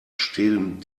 stehen